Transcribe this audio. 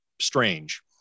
strange